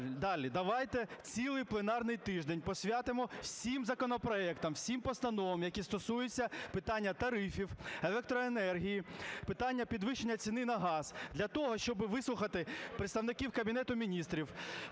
Давайте цілий пленарний тиждень посвятимо всім законопроектам, всім постановам, які стосуються питання тарифів, електроенергії, питання підвищення ціни на газ, для того, щоб вислухати представників Кабінету Міністрів,